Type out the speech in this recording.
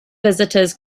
visitors